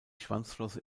schwanzflosse